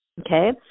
Okay